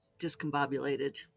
discombobulated